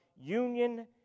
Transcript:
union